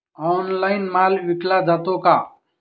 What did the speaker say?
Online माल विकला जातो का?